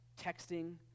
texting